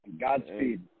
Godspeed